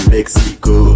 Mexico